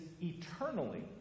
eternally